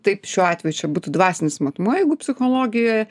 taip šiuo atveju čia būtų dvasinis matmuo jeigu psichologijoj